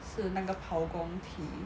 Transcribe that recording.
是那个 Palgong tea